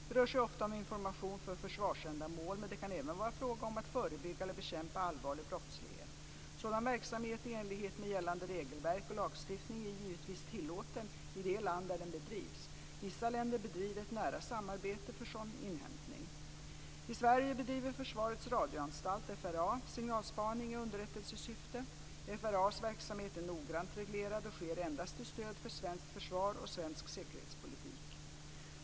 Det rör sig ofta om information för försvarsändamål men det kan även vara fråga om att förebygga eller bekämpa allvarlig brottslighet. Sådan verksamhet i enlighet med gällande regelverk och lagstiftning är givetvis tillåten i det land där den bedrivs. Vissa länder bedriver ett nära samarbete för sådan inhämtning. I Sverige bedriver Försvarets radioanstalt, FRA, signalspaning i underrättelsesyfte. FRA:s verksamhet är noggrant reglerad och sker endast till stöd för svenskt försvar och svensk säkerhetspolitik.